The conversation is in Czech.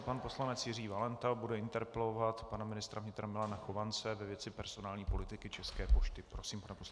Pan poslanec Jiří Valenta bude interpelovat pana ministra vnitra Milana Chovance ve věci personální politiky České pošty.